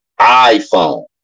iPhone